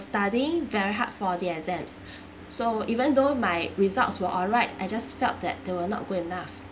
studying very hard for the exams so even though my results were alright I just felt that they were not good enough